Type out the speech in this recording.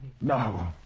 No